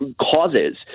causes